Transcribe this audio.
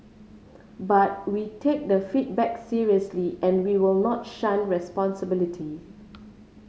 but we take the feedback seriously and we will not shun responsibility